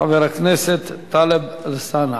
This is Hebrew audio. חבר הכנסת טלב אלסאנע.